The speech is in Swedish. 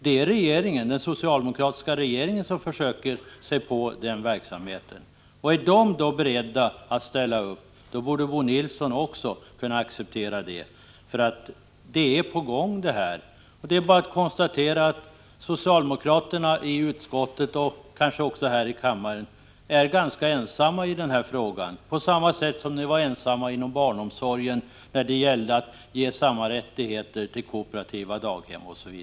Det är den socialdemokratiska regeringen som försöker sig på den verksamheten. Är den beredd att ställa upp, då borde Bo Nilsson också kunna göra det. För detta är på gång. Det är bara att konstatera att socialdemokraterna i utskottet och kammaren är ganska ensamma i denna fråga, på samma sätt som de var ensamma i fråga om barnomsorgen, när det gällde att ge samma rättigheter till kooperativa daghem.